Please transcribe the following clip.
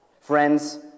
Friends